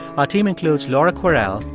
our team includes laura kwerel,